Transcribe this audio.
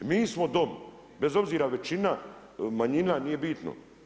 I mi smo Dom bez obzira većina, manjina, nije bitno.